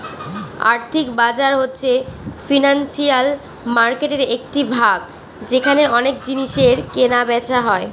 আর্থিক বাজার হচ্ছে ফিনান্সিয়াল মার্কেটের একটি ভাগ যেখানে অনেক জিনিসের কেনা বেচা হয়